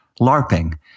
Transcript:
LARPing